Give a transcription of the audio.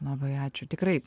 labai ačiū tikrai